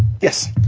Yes